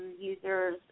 users